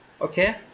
okay